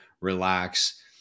relax